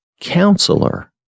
Counselor